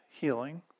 healing